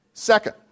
Second